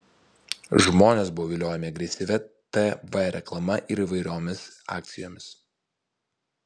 žmonės buvo viliojami agresyvia tv reklama ir įvairiomis akcijomis